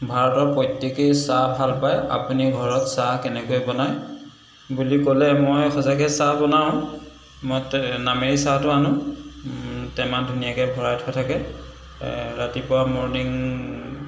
ভাৰতৰ প্ৰত্যেকেই চাহ ভাল পায় আপুনি ঘৰত চাহ কেনেকৈ বনাই বুলি ক'লে মই সঁচাকৈ চাহ বনাওঁ মই নামেৰি চাহটো আনো টেমাত ধুনিয়াকৈ ভৰাই থোৱা থাকে এই ৰাতিপুৱা ম'ৰ্নিং